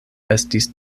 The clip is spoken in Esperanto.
estis